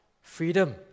Freedom